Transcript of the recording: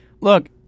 look